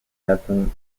atom